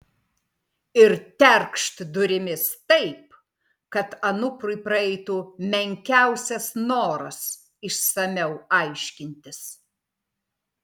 ir terkšt durimis taip kad anuprui praeitų menkiausias noras išsamiau aiškintis